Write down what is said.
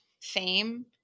fame